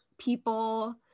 people